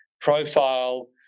profile